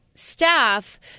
Staff